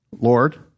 Lord